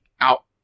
out